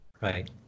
Right